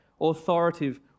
authoritative